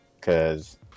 cause